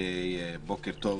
בוקר טוב,